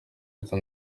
izo